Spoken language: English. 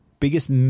Biggest